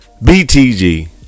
btg